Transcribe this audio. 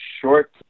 short